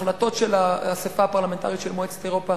החלטות של האספה הפרלמנטרית של מועצת אירופה